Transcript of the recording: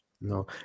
No